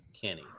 Kenny